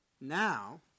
Now